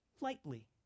lightly